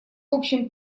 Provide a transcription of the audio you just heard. общем